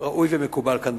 שראוי ומקובל כאן,